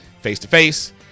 face-to-face